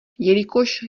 jelikož